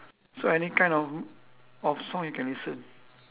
so any kind of of song you can listen